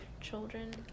children